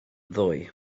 ddoe